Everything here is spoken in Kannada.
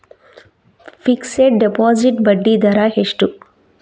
ಫಿಕ್ಸೆಡ್ ಡೆಪೋಸಿಟ್ ಬಡ್ಡಿ ದರ ಎಷ್ಟು?